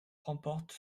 remporte